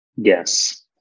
Yes